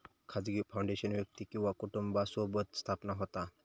खाजगी फाउंडेशन व्यक्ती किंवा कुटुंबासोबत स्थापन होता